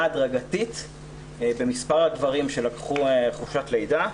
הדרגתית במספר הגברים שלקחו חופשת לידה.